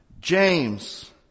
James